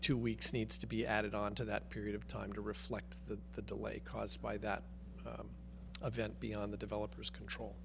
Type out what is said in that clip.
two weeks needs to be added on to that period of time to reflect the delay caused by that event be on the developer's control